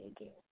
again